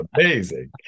amazing